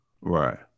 right